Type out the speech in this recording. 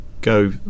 go